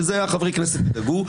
שלזה חברי הכנסת ידאגו,